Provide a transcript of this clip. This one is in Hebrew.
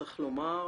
צריך לומר,